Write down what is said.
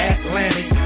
Atlantic